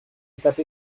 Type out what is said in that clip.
étape